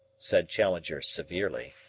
said challenger severely.